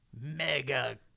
mega